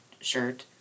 shirt